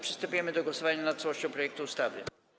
Przystępujemy do głosowania nad całością projektu ustawy.